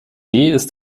ist